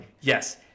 Yes